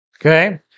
okay